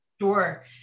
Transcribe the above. Sure